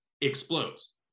explodes